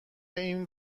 این